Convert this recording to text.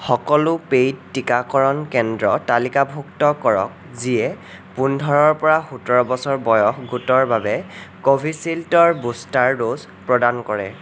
সকলো পে'ইড টিকাকৰণ কেন্দ্ৰ তালিকাভুক্ত কৰক যিয়ে পোন্ধৰৰ পৰা সোতৰ বছৰ বয়স গোটৰ বাবে কোভিচিল্ডৰ বুষ্টাৰ ড'জ প্ৰদান কৰে